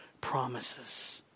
promises